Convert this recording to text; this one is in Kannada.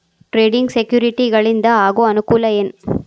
ಟ್ರೇಡಿಂಗ್ ಸೆಕ್ಯುರಿಟಿಗಳಿಂದ ಆಗೋ ಅನುಕೂಲ ಏನ